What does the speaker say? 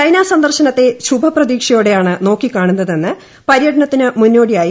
China സന്ദർശനത്തെ ശുഭപ്രതീക്ഷയോടെയാണ് നോക്കിക്കാണുന്നതെന്ന് പര്യടനത്തിന് മുന്നോടിയായി